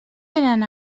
eren